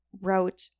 wrote